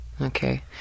Okay